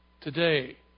today